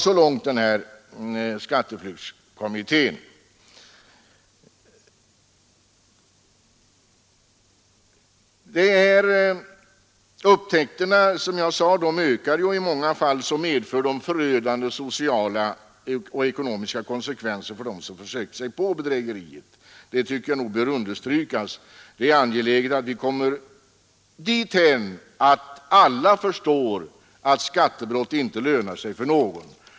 — Så långt skatteflyktskommittén. Upptäckterna ökar, som jag sade, och i många fall får de förödande sociala och ekonomiska konsekvenser för dem som försöker göra bedrägerierna. Jag tycker att det bör understrykas, och det är angeläget att vi kommer dithän att alla förstår att skattebrott inte lönar sig för någon.